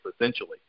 essentially